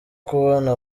kubona